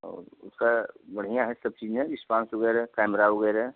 और उसका बढ़िया है सब चीज न रिस्पांस वगैरह कैमरा वगैरह